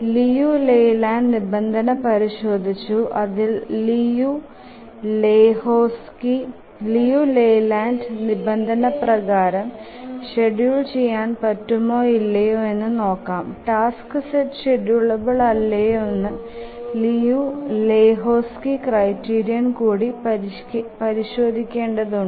Liu Layland നിബന്ധന പരിശോദിച്ചു അതു ലിയു ലെയ്ലാൻഡ് നിബന്ധന പ്രകാരം ഷ്ഡ്യൂൽ ചെയാൻ പറ്റുമോ ഇലയോ എന്നു നോക്കാം ടാസ്ക് സെറ്റ് ഷ്ഡ്യൂളബിൽ അല്ലായെന്നു ലിയു ലഹോക്സ്ക്യ് ക്രൈറ്റീരിയൻ കൂടി പരിശോധിക്കേണ്ടത് ഉണ്ട്